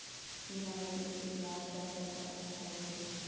ऋण आवेदन के ब्याज दर कतका कतका होथे?